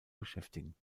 beschäftigen